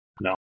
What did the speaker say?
No